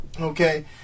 Okay